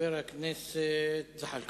חבר הכנסת ג'מאל זחאלקה.